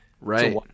Right